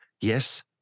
Yes